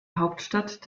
hauptstadt